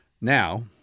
Now